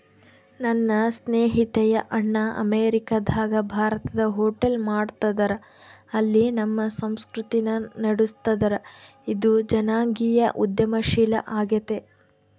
ನನ್ನ ಸ್ನೇಹಿತೆಯ ಅಣ್ಣ ಅಮೇರಿಕಾದಗ ಭಾರತದ ಹೋಟೆಲ್ ಮಾಡ್ತದರ, ಅಲ್ಲಿ ನಮ್ಮ ಸಂಸ್ಕೃತಿನ ನಡುಸ್ತದರ, ಇದು ಜನಾಂಗೀಯ ಉದ್ಯಮಶೀಲ ಆಗೆತೆ